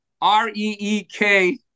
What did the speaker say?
R-E-E-K